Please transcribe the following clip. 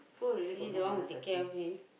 he the one who take care of him